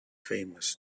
famous